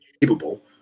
capable